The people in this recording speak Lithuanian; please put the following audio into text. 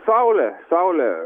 saulė saulė